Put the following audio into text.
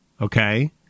Okay